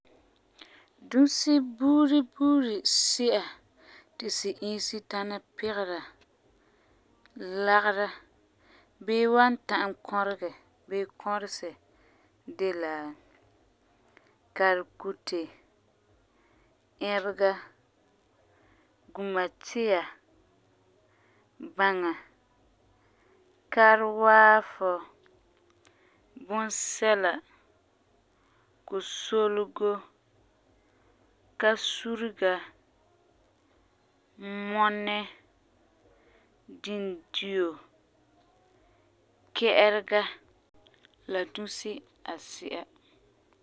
Dusi buuri buuri si'a ti si iisi tãna pigera, lagera bii wan ta'am kɔregɛ bii kɔresɛ de la: Karekute, ɛbega, gumatia, baŋa, karewaafɔ, baŋa, kusolego, kasurega, mɔnɛ, dinduo, kɛ'ɛrega la dusi asi'a.